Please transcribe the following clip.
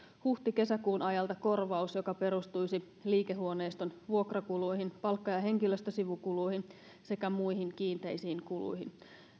huhti kesäkuun ajalta korvaus joka perustuisi liikehuoneiston vuokrakuluihin palkka ja ja henkilöstösivukuluihin sekä muihin kiinteisiin kuluihin